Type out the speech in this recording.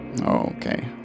Okay